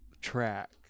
track